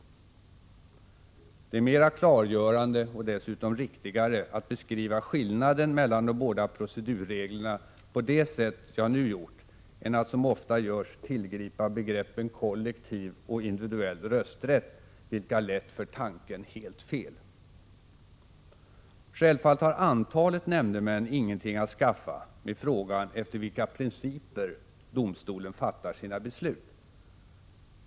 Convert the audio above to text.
Det är mera klargörande och dessutom riktigare att beskriva skillnaden mellan de båda procedurreglerna på det sätt som jag nu har gjort än att, som ofta görs, tillgripa begreppen kollektiv och individuell rösträtt, vilka lätt för tanken helt fel. Självfallet har antalet nämndemän ingenting att skaffa med frågan om efter vilka principer domstolen fattar sina beslut.